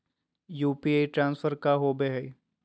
UPI transfer का होव हई?